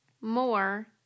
more